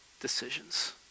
decisions